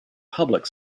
public